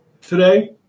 Today